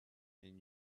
and